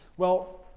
well,